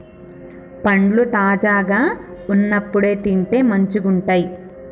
పండ్లు తాజాగా వున్నప్పుడే తింటే మంచిగుంటయ్